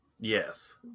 Yes